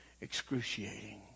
excruciating